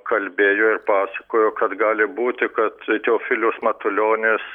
kalbėjo ir pasakojo kad gali būti kad teofilius matulionis